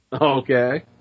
Okay